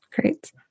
Great